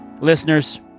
Listeners